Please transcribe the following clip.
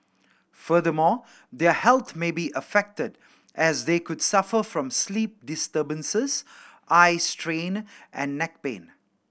furthermore their health may be affected as they could suffer from sleep disturbances eye strain and neck pain